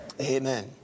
Amen